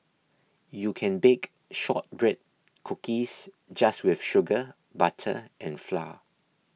you can bake Shortbread Cookies just with sugar butter and flour